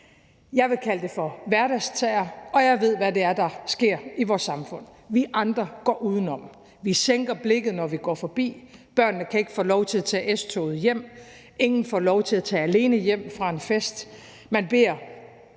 Jeg vil kalde det for hverdagsterror, og jeg ved, hvad det er, der sker i vores samfund: Vi andre går udenom; vi sænker blikket, når vi går forbi; børnene kan ikke få lov til at tage S-toget hjem; ingen får lov til at tage alene hjem fra en fest; man beder